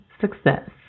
success